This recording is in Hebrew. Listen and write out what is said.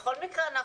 בכל מקרה,